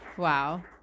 Wow